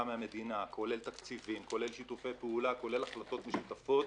מהמדינה כולל תקציבים ושיתופי פעולה והחלטות משותפות,